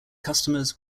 customers